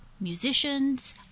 musicians